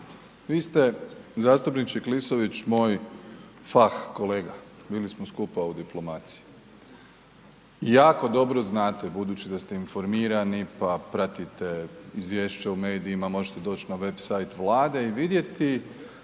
Vi ste zastupniče Klisović moj fah kolega, bili smo skupa u diplomaciji, jako dobro znate budući da ste informirani pa pratite izvješća u medijima, možete doći na website Vlade i vidjeti